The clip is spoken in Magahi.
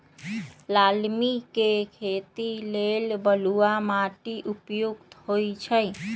लालमि के खेती लेल बलुआ माटि उपयुक्त होइ छइ